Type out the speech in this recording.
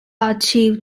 achieved